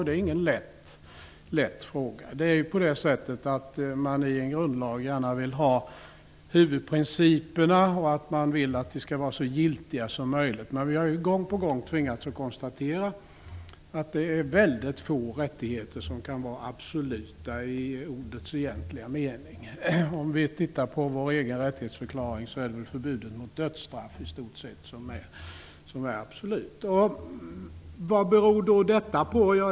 Det är ingen lätt fråga. I en grundlag vill man gärna ha huvudprinciperna, och de skall vara så giltiga som möjligt. Men vi har ju gång på gång tvingats att konstatera att det är mycket få rättigheter som kan vara absoluta i ordets egentliga mening. Om vi tittar på vår egen rättighetsförklaring är det väl i stort sett bara förbudet mot dödsstraff som är absolut. Vad beror då detta på?